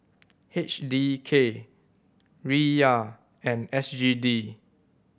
H D K Riyal and S G D